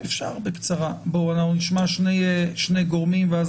אנחנו נשמע שני גורמים ואז